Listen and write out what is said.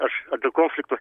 aš o dėl konflikto